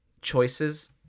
choices